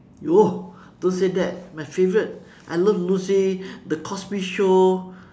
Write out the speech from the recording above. oh don't say that my favorite I love lucy the cosby show